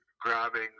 grabbing